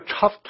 tough